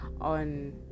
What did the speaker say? on